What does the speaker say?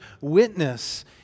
witness